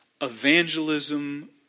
evangelism